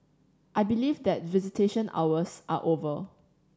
I believe that visitation hours are over